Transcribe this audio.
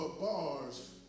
bars